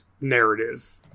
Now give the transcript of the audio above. narrative